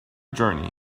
journey